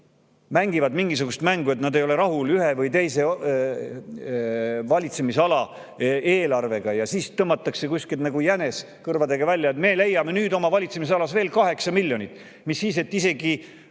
nagu mingisugust mängu, et nad ei ole rahul ühe või teise valitsemisala eelarvega. Siis tõmmatakse kuskilt nagu jänes kõrvupidi välja: "Meie leidsime nüüd oma valitsemisalas veel 8 miljonit, mis siis, et isegi